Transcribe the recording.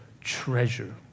treasure